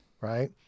Right